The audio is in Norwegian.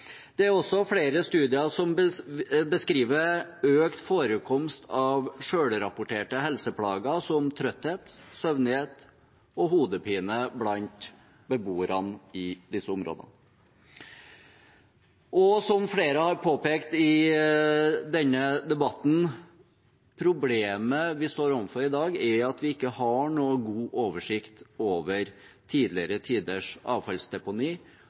Det er også flere studier som beskriver økt forekomst av selvrapporterte helseplager som trøtthet, søvnighet og hodepine blant beboerne i disse områdene. Som flere har påpekt i denne debatten: Problemet vi står overfor i dag, er at vi ikke har noen god oversikt over tidligere tiders